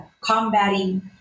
combating